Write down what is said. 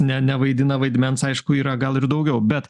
ne nevaidina vaidmens aišku yra gal ir daugiau bet